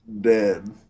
Dead